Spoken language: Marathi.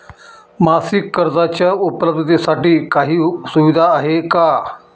मासिक कर्जाच्या उपलब्धतेसाठी काही सुविधा आहे का?